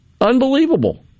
Unbelievable